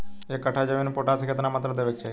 एक कट्ठा जमीन में पोटास के केतना मात्रा देवे के चाही?